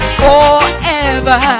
forever